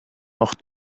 noch